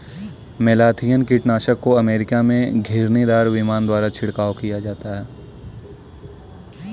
malathion कीटनाशक को America में घिरनीदार विमान द्वारा छिड़काव किया जाता है